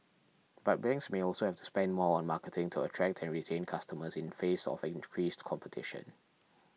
but banks may also have to spend more on marketing to attract and retain customers in face of increased competition